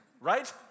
right